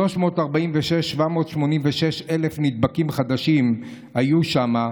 346,786 נדבקים חדשים היו שם,